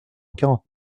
quarante